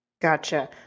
Gotcha